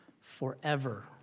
forever